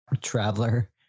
traveler